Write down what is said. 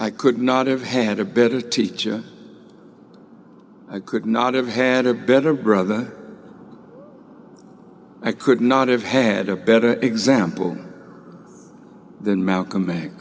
i could not have had a better teacher i could not have had a better brother i could not have had a better example than malcolm